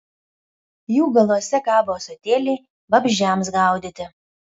jų galuose kabo ąsotėliai vabzdžiams gaudyti